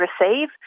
receive